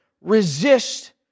resist